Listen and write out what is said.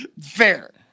Fair